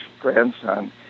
grandson